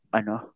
ano